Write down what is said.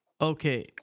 Okay